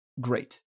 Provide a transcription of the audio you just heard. Great